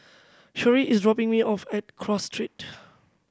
Sherrie is dropping me off at Cross Street